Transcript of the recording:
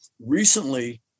recently